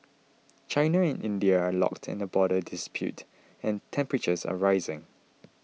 China and India are locked in a border dispute and temperatures are rising